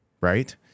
right